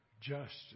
Justice